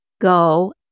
go